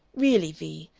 really, vee,